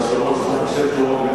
על שם שלמה בן-יוסף.